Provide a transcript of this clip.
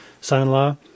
son-in-law